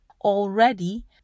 Already